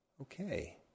Okay